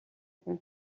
хүн